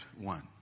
one